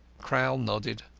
crowl nodded,